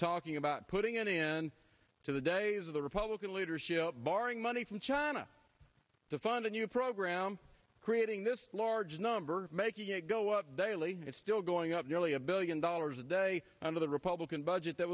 talking about putting an end to the days of the republican leadership borrowing money from china to fund a new program creating this large number making it go up daily it's still going up nearly a billion dollars a day under the republican budget that